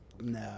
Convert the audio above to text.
No